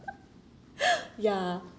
ya